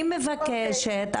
אני מבקשת,